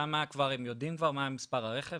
שמה הם כבר יודעים מה מספר הרכב,